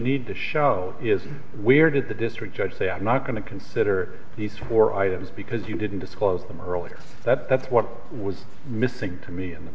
need to show is where did the district judge say i'm not going to consider these four ideas because you didn't disclose them earlier that that's what was missing to me in the